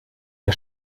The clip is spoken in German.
der